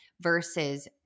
versus